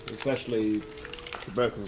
especially but